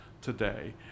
today